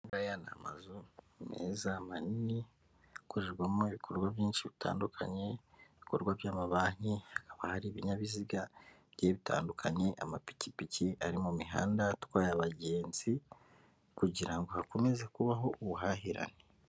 Aya ngaya ni amazu meza manini akorerwamo ibikorwa byinshi bitandukanye, ibikorwa by'amabanki, hakaba hari ibinyabiziga bigiye bitandukanye, amapikipiki ari mu mihanda atwaye abagenzi kugira ngo hakomeze kubaho ubuhahirane.